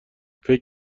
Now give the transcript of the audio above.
فکر